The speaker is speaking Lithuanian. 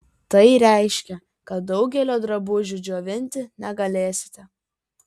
tai reiškia kad daugelio drabužių džiovinti negalėsite